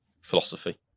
philosophy